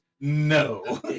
no